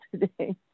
today